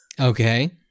okay